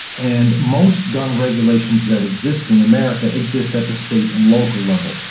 and most gun regulations that exist in america exist at the state and local level.